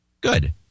Good